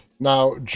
Now